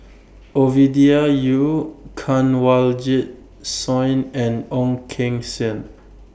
Ovidia Yu Kanwaljit Soin and Ong Keng Sen